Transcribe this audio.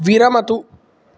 विरमतु